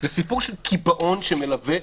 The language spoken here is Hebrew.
זה סיפור של קיבעון שמלווה,